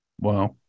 Wow